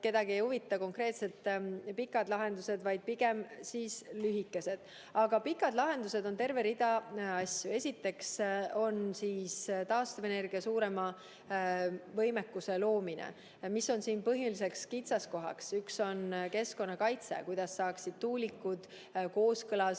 kedagi ei huvita konkreetselt pikad lahendused, vaid pigem lühikesed. Pikad lahendused on aga terve rida asju. Esiteks, taastuvenergia suurema võimekuse loomine. Mis on siin põhiline kitsaskoht? Üks on keskkonnakaitse, kuidas saaksid tuulikud kooskõlas